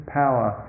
power